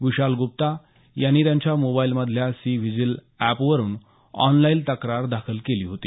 विशाल गुप्ता यांनी त्यांच्या मोबाईलमधल्या सी व्हिजिल अॅपवरून ऑनलाईन तक्रार दाखल केली होती